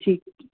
ਠੀਕ